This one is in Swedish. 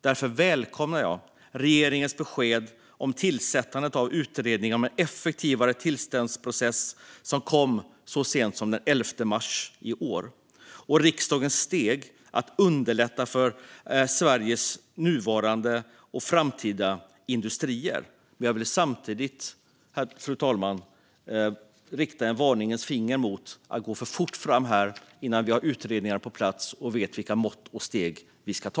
Därför välkomnar jag regeringens besked, som kom så sent som den 11 mars i år, om att tillsätta en utredning om en effektivare tillståndsprocess. Vidare välkomnar jag riksdagens steg för att underlätta för Sveriges nuvarande och framtida industrier. Samtidigt vill jag höja ett varningens finger mot att gå för fort fram innan utredningar är på plats och vi vet vilka mått och steg vi ska ta.